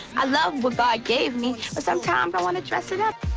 i love what god gave me, but sometimes i want to dress it up.